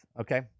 Okay